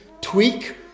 tweak